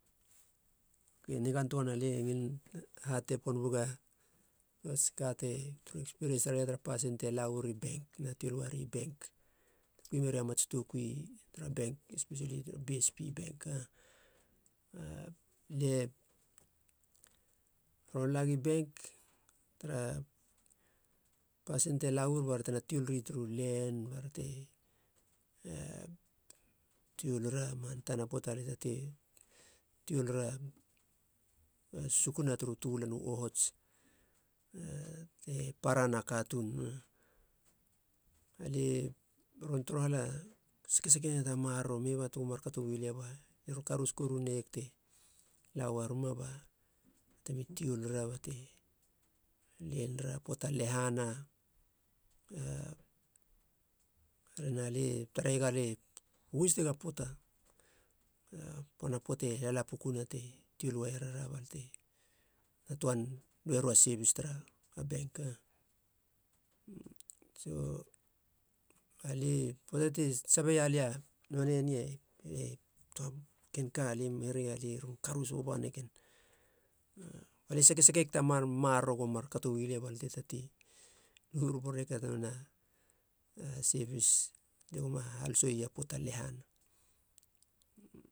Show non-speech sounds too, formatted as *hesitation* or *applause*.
Oke nigan töana, lie ngilin hate pon buga töa tsika te ekspiriens tar tara pasin te lauir i bank tena tuol uari bank te kui meria mats toukui tara bank espesili tara bsp bank. *hesitation* a lie ron lagi bank tara pasin te la uir bate na tiol ri turu len bara te e tiolira. Man tana man poata lie tate tiolira sukuna turu tö lan u ohots a te parana a katuun. Alie ron torohala sekeseke ta maroro meba tego markato ui lia bal, lie ron karos koru neieg te laueruma ba temi tiolira bate lenera poata lehana, *hesitation* herena lie tareiega lie uestega pöata pana poate lala pukuna te tiol ueierara ba lia tena toan lueriou a sebis tarara a bank. So alie, poata ti sabe ialia none nei e toa kenka *hesitation* hereia lie ron karos oba negen balie sekesekeg ta man maroro go markato ui lia balia te tatei lu borboro ieg a sebis lie goma hahalosei a poata lehana.